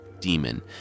demon